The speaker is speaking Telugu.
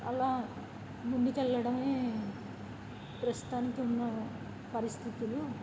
అలా ముందుకు కెళ్ళడమే ప్రస్తుతానికి ఉన్న పరిస్థితులు